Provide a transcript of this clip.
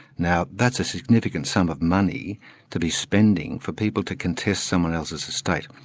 now that's a significant sum of money to be spending for people to contest someone else's estate.